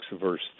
verse